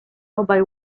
obaj